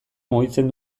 mugitzen